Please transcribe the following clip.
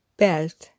belt